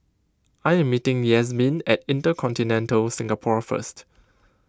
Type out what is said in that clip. I am meeting Yasmeen at Intercontinental Singapore first